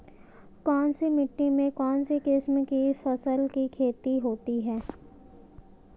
कौनसी मिट्टी में कौनसी किस्म की फसल की खेती होती है?